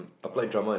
drama